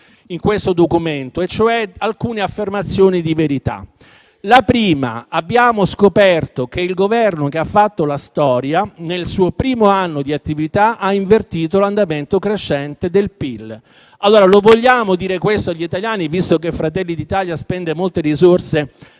in questo documento, cioè alcune affermazioni di verità. La prima: abbiamo scoperto che il Governo che ha fatto la storia, nel suo primo anno di attività ha invertito l'andamento crescente del PIL. Lo vogliamo dire questo agli italiani, visto che Fratelli d'Italia spende molte risorse